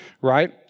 right